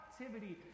activity